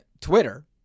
Twitter